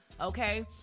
Okay